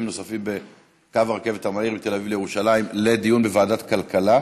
נוספים בקו הרכבת המהיר מתל אביב לירושלים לדיון בוועדת הכלכלה.